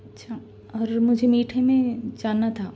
اچھا اور مجھے میٹھے میں جاننا تھا